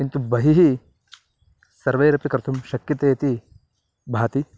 किन्तु बहिः सर्वैरपि कर्तुं शक्यते इति भाति